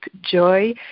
joy